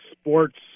sports –